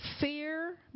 Fear